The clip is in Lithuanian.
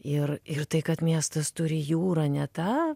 ir ir tai kad miestas turi jūrą ne tą